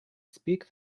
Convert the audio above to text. speak